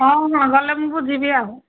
ହଁ ହଁ ଗଲେ ମୁଁ ବୁଝିବି ଆଉ